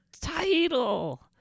title